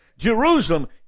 Jerusalem